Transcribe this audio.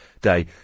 day